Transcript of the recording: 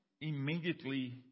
immediately